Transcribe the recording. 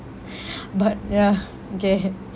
but ya okay